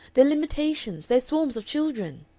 their limitations, their swarms of children!